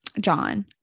John